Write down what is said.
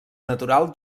natural